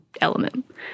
element